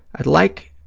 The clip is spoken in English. i'd like